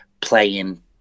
playing